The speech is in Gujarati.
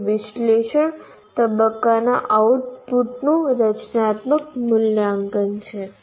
તે વિશ્લેષણ તબક્કાના આઉટપુટનું રચનાત્મક મૂલ્યાંકન છે